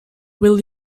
will